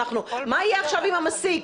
מה יהיה עכשיו עם המסיק?